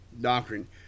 doctrine